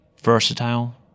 versatile